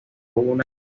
una